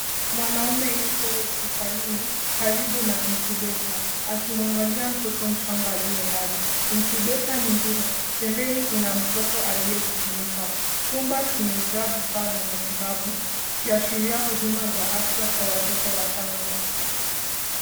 Mwanaume yupo hospitalini, karibu na incubator akimwangalia mtoto mchanga aliye ndani. Incubator nyingine, pembeni ina mtoto aliyejifunika. Chumba kimejaa vifaa vya matibabu kikiashiria huduma za afya kwa watoto wachanga.